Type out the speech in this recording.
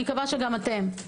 אני מקווה שגם אתם.